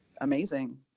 amazing